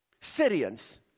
Syrians